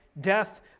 death